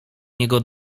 niego